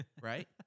Right